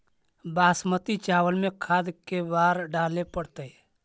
बासमती चावल में खाद के बार डाले पड़तै?